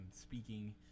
speaking